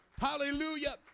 Hallelujah